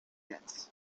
jazz